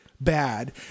bad